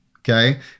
okay